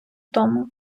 тому